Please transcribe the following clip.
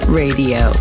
radio